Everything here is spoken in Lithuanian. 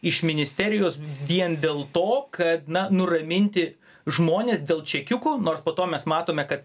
iš ministerijos vien dėl to kad na nuraminti žmones dėl čekiukų nors po to mes matome kad